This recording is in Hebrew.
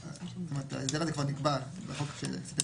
כלומר, ההסדר הזה כבר נקבע במסגרת חוק ההסדרים.